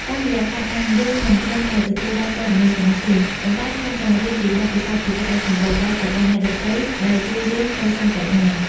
តាមរយៈការអាន យើងមិនត្រឹមតែទទួលបានព័ត៌មានប៉ុណ្ណោះទេ ប៉ុន្តែថែមទាំងរៀនពីបទពិសោធន៍ជីវិតដ៏សម្បូរបែបរបស់អ្នកដទៃ ដែលជួយយើងកសាងប្រាជ្ញា។